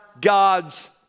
God's